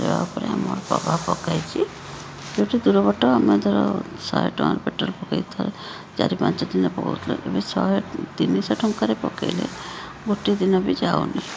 ଏହା ଉପରେ ଆମର ପ୍ରଭାବ ପକାଇଛି କିଛି ଦୂର ବାଟ ଆମେ ଧର ଶହେ ଟଙ୍କା ପେଟ୍ରୋଲ ପକାଇ ଥରେ ଚାରି ପାଞ୍ଚ ଦିନ ଏବେ ଶହେ ତିନି ଶହ ଟଙ୍କାରେ ପକାଇଲେ ଗୋଟେ ଦିନ ବି ଯାଉନି